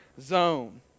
zone